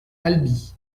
albi